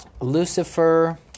Lucifer